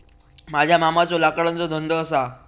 माझ्या मामाचो लाकडाचो धंदो असा